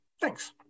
thanks